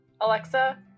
Alexa